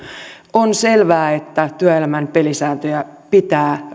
on selvää että työelämän pelisääntöjä pitää